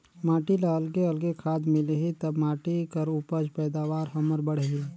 माटी ल अलगे अलगे खाद मिलही त माटी कर उपज पैदावार हमर बड़ही